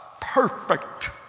perfect